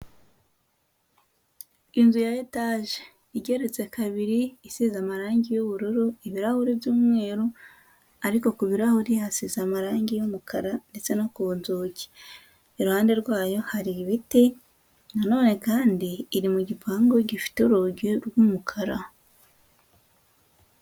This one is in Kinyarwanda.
Inzu ya etage igereretse kabiri isize amarangi y'ubururu, ibirahuri by'umweru, ariko ku birarahuri hasize amarangi y'umukara ndetse no ku nzugi. Iruhande rwayo hari ibiti nanone kandi iri mu gipangu gifite urugi rw'umukara.